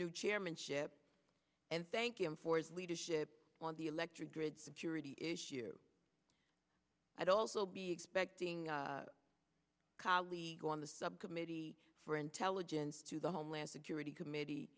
new chairmanship and thank him for his leadership on the electric grid security issue i'd also be expecting a colleague on the subcommittee for intelligence to the homeland security committee